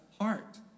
heart